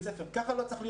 כך לא צריך להיות.